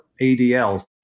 ADLs